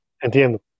entiendo